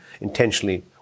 intentionally